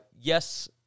yes